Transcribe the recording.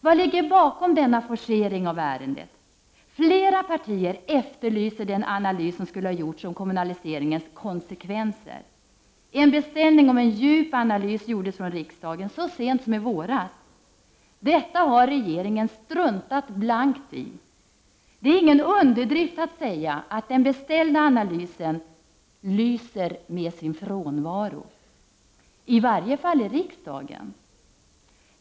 Vad ligger bakom denna forcering av ärendet? Flera partier efterlyser den analys som skulle ha gjorts om kommunaliseringens konsekvenser. En beställning av en djup analys gjordes av riksdagen så sent som i våras. Detta har regeringen struntat blankt i. Det är ingen underdrift att säga att den beställda analysen lyser med sin frånvaro, i varje fall i riksdagen.